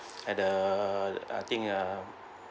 at the I think err